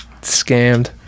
scammed